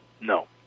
No